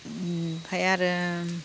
ओमफ्राय आरो